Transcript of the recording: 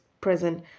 present